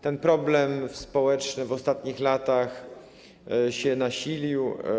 Ten problem społeczny w ostatnich latach się nasilił.